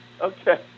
Okay